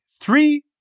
Three